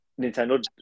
Nintendo